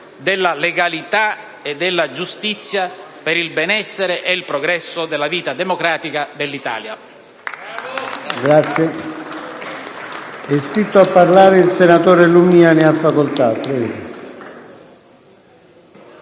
della legalità e della giustizia, per il benessere e il progresso della vita democratica dell'Italia.